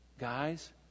Guys